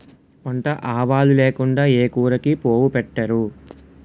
వంట ఆవాలు లేకుండా ఏ కూరకి పోపు పెట్టరు